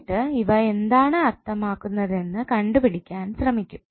എന്നിട്ട് ഇവ എന്താണ് അർത്ഥമാക്കുന്നതെന്ന് കണ്ടുപിടിക്കാൻ ശ്രമിക്കും